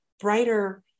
brighter